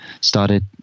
started